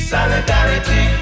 Solidarity